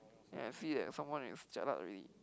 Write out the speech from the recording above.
then I see that someone is jialat already